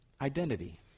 Identity